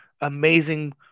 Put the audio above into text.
amazing